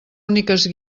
úniques